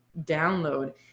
download